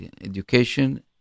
education